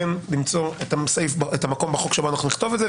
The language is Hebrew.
כן למצוא את המקום בחוק שבו אנחנו נכתוב את זה,